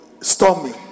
stormy